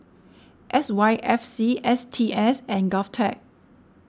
S Y F C S T S and Govtech